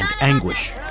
anguish